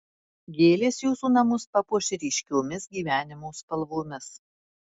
gėlės jūsų namus papuoš ryškiomis gyvenimo spalvomis